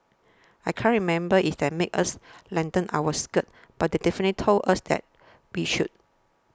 I can't remember if they made us lengthen our skirt but definitely told us that we should